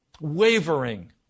wavering